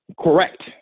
Correct